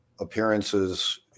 appearances